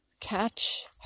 catch